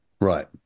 Right